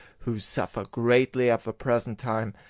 who suffer greatly at the present time.